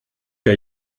der